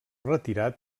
retirat